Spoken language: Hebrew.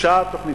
הוגשה התוכנית,